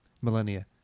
millennia